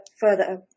further